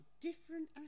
different